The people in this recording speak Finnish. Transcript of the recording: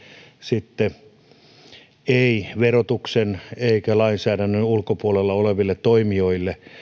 sitten verotuksen ja lainsäädännön ulkopuolella oleville toimijoille